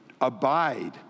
abide